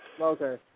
Okay